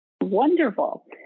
Wonderful